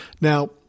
Now